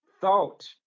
thought